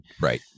Right